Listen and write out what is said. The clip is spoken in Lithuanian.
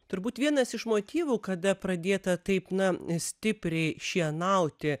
turbūt vienas iš motyvų kada pradėta taip na stipriai šienauti